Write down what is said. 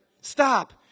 stop